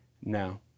now